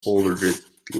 hollered